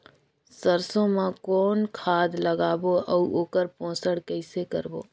सरसो मा कौन खाद लगाबो अउ ओकर पोषण कइसे करबो?